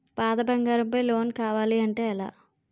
పాత బంగారం పై లోన్ కావాలి అంటే ఎలా?